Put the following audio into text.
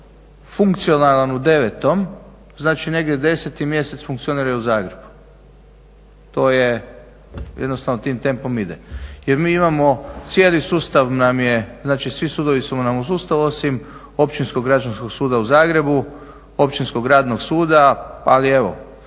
funkcionalan u 9. znači negdje 10. mjesec funkcionira i u Zagrebu. To je, jednostavno tim tempom ide. Jer mi imamo cijeli sustav nam je, znači svi sudovi su nam u sustavu osim Općinskog građanskog suda u Zagrebu, Općinskog radnog suda. Ali evo,